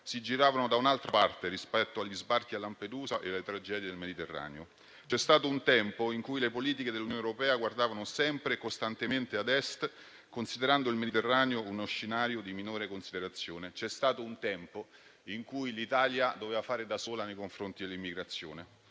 si giravano dall'altra parte rispetto agli sbarchi a Lampedusa e alle tragedie del Mediterraneo. C'è stato un tempo in cui le politiche dell'Unione europea guardavano sempre e costantemente ad Est, considerando il Mediterraneo uno scenario di minore considerazione. C'è stato un tempo in cui l'Italia doveva fare da sola nei confronti dell'immigrazione.